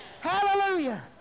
hallelujah